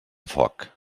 foc